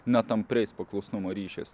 ne tampriais paklusnumo ryšiais